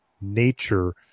nature